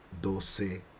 doce